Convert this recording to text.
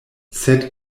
sed